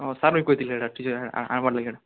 ହଁ ସାର୍ ବି କହିଥିଲେ ହେଟା ଆନବାର୍ ଲାଗି ହେଟା